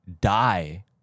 die